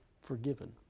forgiven